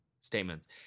statements